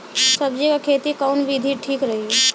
सब्जी क खेती कऊन विधि ठीक रही?